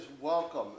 welcome